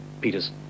Peter's